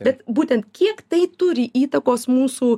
bet būtent kiek tai turi įtakos mūsų